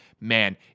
Man